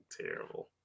Terrible